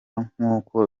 nkuko